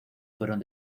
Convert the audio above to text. fueron